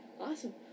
Awesome